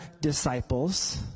disciples